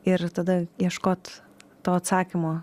ir tada ieškot to atsakymo